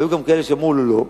כי היו גם כאלה שאמרו לו לא,